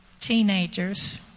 teenagers